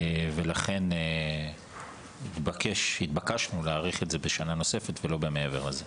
לכן התבקשנו להאריך את זה בשנה נוספת ולא מעבר לזה.